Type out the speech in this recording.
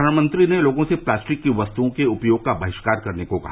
प्रधानमंत्री ने लोगों से प्लास्टिक की वस्त्ओं के उपयोग का बहिष्कार करने को कहा